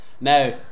now